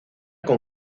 con